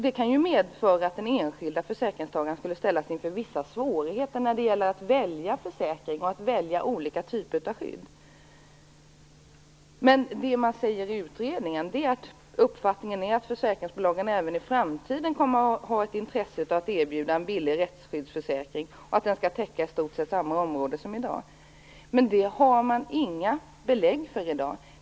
Det kan medföra att den enskilde försäkringstagaren ställs inför vissa svårigheter när det gäller att välja försäkring och olika typer av skydd. I utredningen sägs det att uppfattningen är att försäkringsbolagen även i framtiden kommer att ha intresse av att kunna erbjuda en billig rättsskyddsförsäkring och att denna skall täcka i stort sett samma område som i dag. För detta finns i dag emellertid inget belägg.